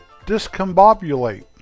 discombobulate